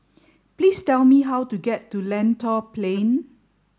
please tell me how to get to Lentor Plain